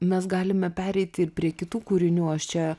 mes galime pereiti ir prie kitų kūrinių aš čia